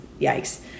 yikes